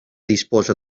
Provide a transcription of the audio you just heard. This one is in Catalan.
disposa